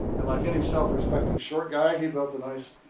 and like any self-respecting short guy, he built a nice.